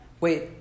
wait